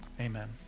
Amen